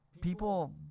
People